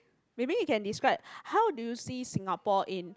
maybe you can describe how do you see Singapore in